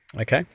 okay